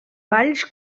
valls